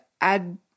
add